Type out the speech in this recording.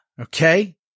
okay